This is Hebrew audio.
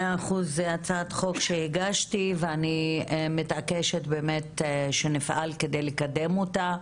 מאה אחוז הצעת חוק שהגשתי ואני מתעקשת באמת שנפעל כדי לקדם אותה.